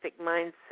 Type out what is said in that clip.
mindset